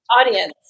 Audience